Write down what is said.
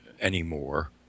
anymore